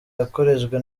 yoherejwe